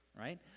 right